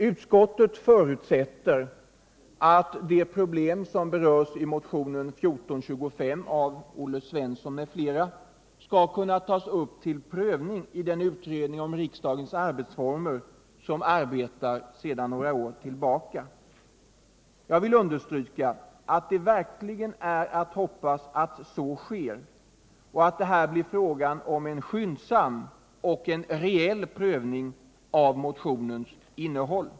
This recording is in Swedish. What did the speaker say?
Utskottet förutsätter här att de problem som berörs i motionen 1425 av Olle Svensson m.fl. skall kunna tas upp till prövning i den utredning om riksdagens arbetsformer som arbetar sedan några år tillbaka. Jag vill understryka att det verkligen är att hoppas att så sker och att det här blir fråga om en skyndsam och reell prövning av motionen.